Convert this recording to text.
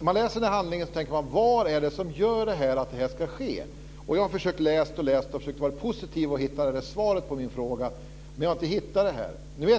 När jag läste handlingarna tänkte jag: Vad är det som gör att det ska ske? Jag har försökt att läsa och vara positiv för att hitta svaret på min fråga, men jag har inte hittat det.